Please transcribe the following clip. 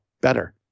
better